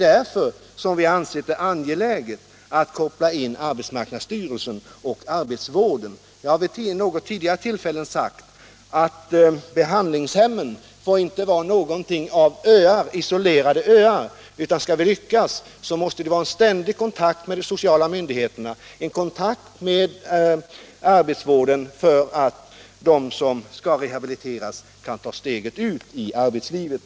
Därför har vi ansett det angeläget att koppla in arbetsmarknadsstyrelsen och arbetsvården. Jag har vid något tidigare tillfälle sagt att behandlingshemmen inte får vara något av isolerade öar. Skall vi lyckas, så måste det vara ständig kontakt med de sociala myndigheterna, kontakt med arbetsvården, så att de som skall rehabiliteras kan ta steget ut i arbetslivet.